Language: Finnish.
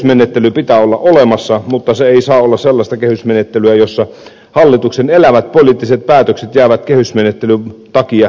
kehysmenettely pitää olla olemassa mutta se ei saa olla sellaista kehysmenettelyä jossa hallituksen elävät poliittiset päätökset jäävät kehysmenettelyn takia syntymättä